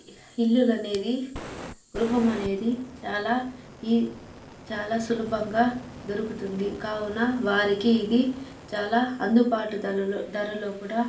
ఇల్లులనేది గృహము అనేది చాలా ఈ చాలా సులభంగా దొరుకుతుంది కావున వారికి ఇది చాలా అందుబాటు ధరలు ధరల్లో కూడా